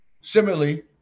Similarly